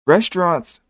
Restaurants